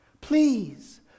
Please